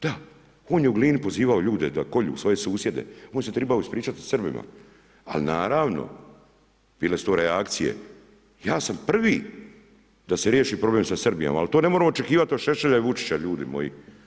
Da, on je u Glini pozivao ljude da kolju svoje susjede, on se tribao ispričati Srbima, ali naravno, bile su to reakcije, ja sam prvi da se riješi problem sa Srbijom, ali to ne moram očekivat od Šešelja i Vučića ljudi moji.